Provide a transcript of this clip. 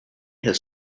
have